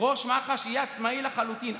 ראש מח"ש יהיה עצמאי לחלוטין.